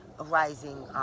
arising